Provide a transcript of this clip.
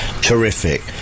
Terrific